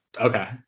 Okay